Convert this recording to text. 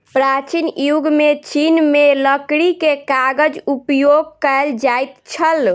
प्राचीन युग में चीन में लकड़ी के कागज उपयोग कएल जाइत छल